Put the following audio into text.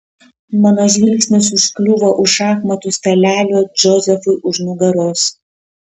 mano žvilgsnis užkliūva už šachmatų stalelio džozefui už nugaros